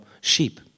sheep